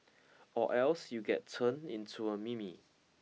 or else you get turned into a meme